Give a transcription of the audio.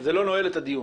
זה לא נועל את הדיון.